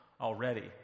already